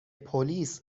پلیس